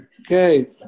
okay